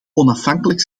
onafhankelijk